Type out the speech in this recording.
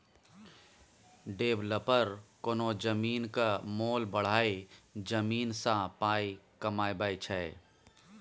developer कोनो जमीनक मोल बढ़ाए जमीन सँ पाइ कमाबै छै